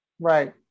Right